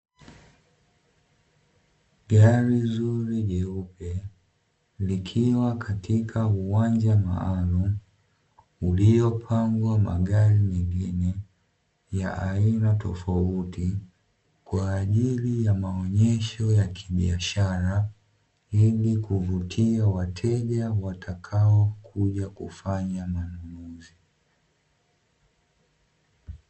Gari zuri jeupe likiwa katika uwanja maalumu uliopangwa magari mengine ya aina tofauti kwajili ya maonyesho ya kibiashara, ili kuvutia wateja watakao kuja kufanya manunuzi.